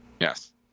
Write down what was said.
Yes